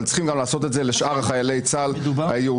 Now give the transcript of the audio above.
אבל צריכים גם לעשות את זה לשאר חיילי צה"ל היהודים.